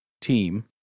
team